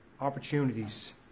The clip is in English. opportunities